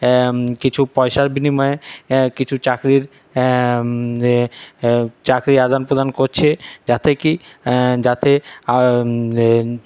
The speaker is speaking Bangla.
কিছু পয়সার বিনিময়ে কিছু চাকরির চাকরি আদানপ্রদান করছে যাতে কি যাতে